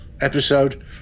episode